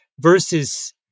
versus